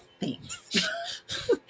Thanks